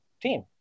team